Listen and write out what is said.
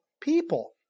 people